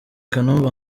kanumba